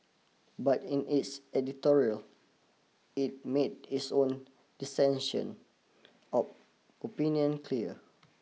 but in its editorial it made its own dissention opinion clear